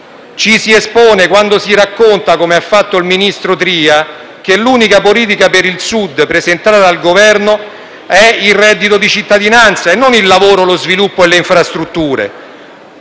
Ci si espone quando si racconta, come ha fatto il ministro Tria, che l'unica politica per il Sud presentata dal Governo è il reddito di cittadinanza e non il lavoro, lo sviluppo e le infrastrutture.